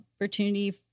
opportunity